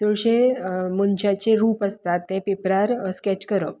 चडशे मनशाचें रूप आसतात ते पेपरार स्केच करप